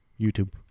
YouTube